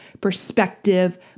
perspective